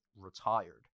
retired